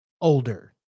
older